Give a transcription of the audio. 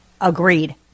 Agreed